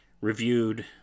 reviewed